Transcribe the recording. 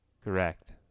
Correct